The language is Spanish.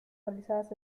realizadas